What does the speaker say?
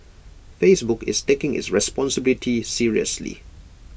Facebook is taking its responsibility seriously